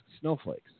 Snowflakes